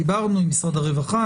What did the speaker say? דיברנו עם משרד הרווחה,